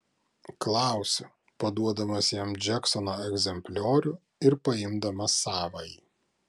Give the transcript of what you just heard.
klausiu paduodamas jam džeksono egzempliorių ir paimdamas savąjį